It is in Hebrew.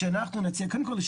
קודם כל,